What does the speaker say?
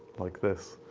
like this.